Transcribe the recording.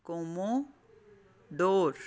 commodore